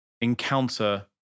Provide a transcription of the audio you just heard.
encounter